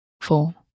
four